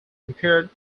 compared